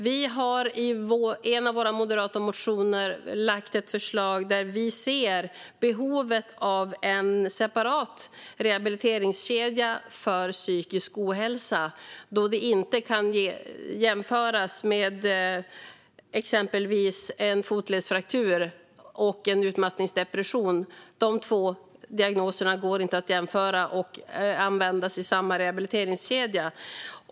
Vi har i en av våra moderata motioner ett förslag om en separat rehabiliteringskedja för psykisk ohälsa, då det inte går att jämföra exempelvis en fotledsfraktur med en utmattningsdepression. Dessa två diagnoser går inte att jämföra och använda i samma rehabiliteringskedja.